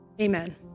Amen